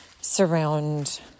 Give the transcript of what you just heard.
surround